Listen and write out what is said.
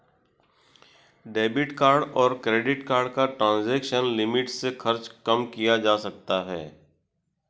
debit card और credit card का transaction limit से खर्च कम किया जा सकता है